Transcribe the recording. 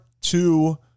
two